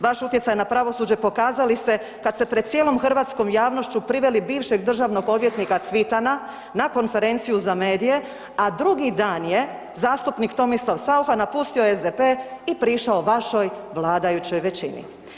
Vaš utjecaj na pravosuđe pokazali ste kad ste pred cijelom hrvatskom javnošću priveli bivšeg državnog odvjetnika Cvitana na konferenciju za medije, a drugi dan je zastupnik Tomislav Saucha napustio SDP i prišao vašoj vladajućoj većini.